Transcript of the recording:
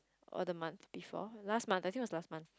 or the month before last month I think it was last month